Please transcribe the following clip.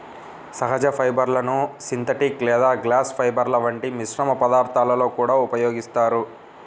సహజ ఫైబర్లను సింథటిక్ లేదా గ్లాస్ ఫైబర్ల వంటి మిశ్రమ పదార్థాలలో కూడా ఉపయోగిస్తారు